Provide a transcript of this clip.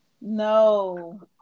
No